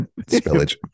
spillage